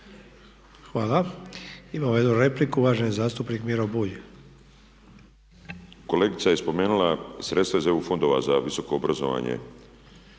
Hvala. Imamo jednu repliku, uvaženi zastupnik Miro Bulj. **Bulj, Miro (MOST)** Kolegica je spomenula sredstva iz EU fondova za visoko obrazovanje.